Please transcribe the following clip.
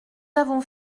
avons